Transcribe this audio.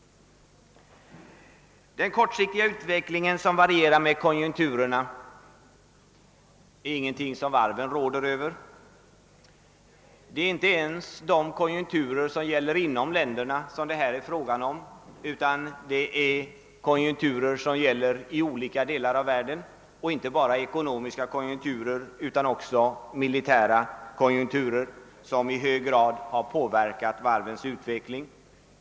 Den kortsiktiga utvecklingen som varierar med konjunkturerna är ingenting som världen råder över. Det är inte ens de konjunkturer som gäller inom länderna som det här är fråga om, utan det är konjunkturer som gäller i olika delar av världen, inte bara ekonomiska konjunkturer utan också militära konjunkturer, vilka i hög grad påverkar varvens utveckling.